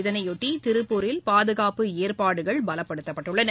இதனையொட்டிதிருப்பூரில் பாதுகாப்பு ஏற்பாடுகள் பலப்படுத்தப்பட்டுள்ளன